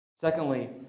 Secondly